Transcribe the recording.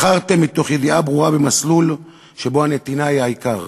בחרתם מתוך ידיעה ברורה במסלול שבו הנתינה היא העיקר.